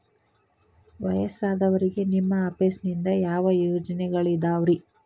ವಯಸ್ಸಾದವರಿಗೆ ನಿಮ್ಮ ಆಫೇಸ್ ನಿಂದ ಯಾವ ಯೋಜನೆಗಳಿದಾವ್ರಿ?